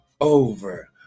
over